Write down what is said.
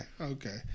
Okay